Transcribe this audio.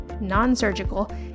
non-surgical